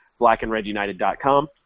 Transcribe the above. blackandredunited.com